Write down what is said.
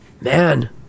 Man